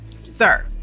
Sir